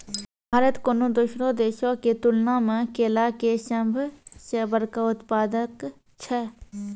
भारत कोनो दोसरो देशो के तुलना मे केला के सभ से बड़का उत्पादक छै